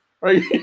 right